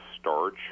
starch